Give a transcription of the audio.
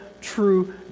true